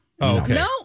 No